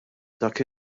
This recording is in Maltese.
dak